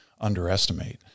underestimate